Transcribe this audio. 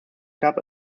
cup